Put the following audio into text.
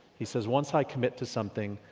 he says once i commit to something,